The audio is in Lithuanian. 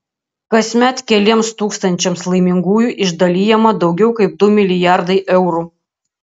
kasmet keliems tūkstančiams laimingųjų išdalijama daugiau kaip du milijardai eurų